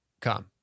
come